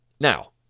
Now